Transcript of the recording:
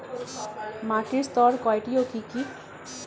মাটির স্তর কয়টি ও কি কি?